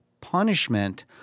punishment